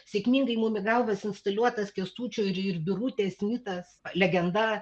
sėkmingai mum į galvas instaliuotas kęstučio ir ir birutės mitas legenda